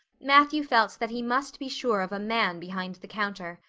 matthew felt that he must be sure of a man behind the counter.